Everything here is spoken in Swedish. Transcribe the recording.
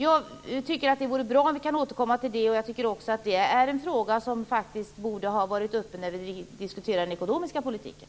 Jag tycker att det vore bra om vi kunde återkomma till detta. Det är en fråga som faktiskt borde ha varit uppe också när vi diskuterade den ekonomiska politiken.